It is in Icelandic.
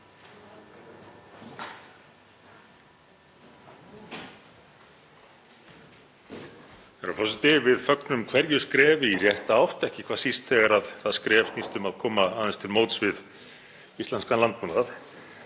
Herra forseti. Við fögnum hverju skrefi í rétta átt, ekki síst þegar það skref snýst um að koma aðeins til móts við íslenskan landbúnað